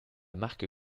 marque